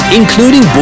including